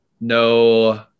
No